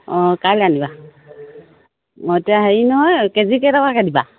অঁ কাইলে আনিবা মই এতিয়া হেৰি নহয় কেজিকেই টকাকে দিবা